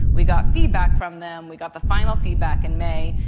we got feedback from them, we got the final feedback in may,